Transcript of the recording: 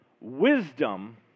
Wisdom